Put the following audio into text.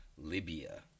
Libya